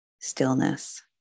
Stillness